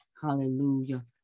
hallelujah